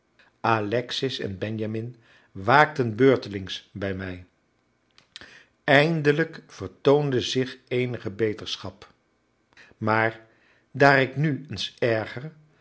alexis en benjamin waakten beurtelings bij mij eindelijk vertoonde zich eenige beterschap maar daar ik nu eens erger